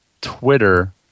Twitter